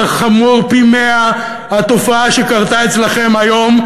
אבל חמורה פי מאה התופעה שקרתה אצלכם היום,